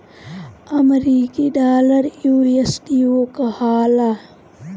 अमरीकी डॉलर यू.एस.डी.ओ कहाला